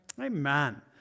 Amen